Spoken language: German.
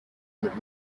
mit